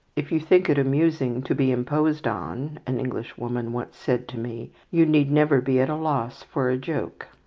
if you think it amusing to be imposed on, an englishwoman once said to me, you need never be at a loss for a joke.